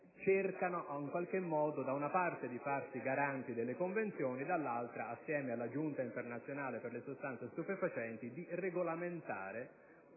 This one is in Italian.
cerca, da una parte, di farsi garante delle Convenzioni e, dall'altra, insieme alla Giunta internazionale per le sostanze stupefacenti, di regolamentare